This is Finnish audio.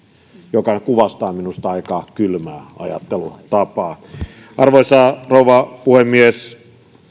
mikä kuvastaa minusta aika kylmää ajattelutapaa arvoisa rouva puhemies